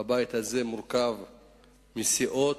והבית הזה מורכב מסיעות,